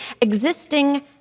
existing